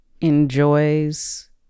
enjoys